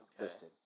listed